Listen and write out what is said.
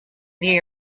the